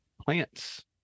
Plants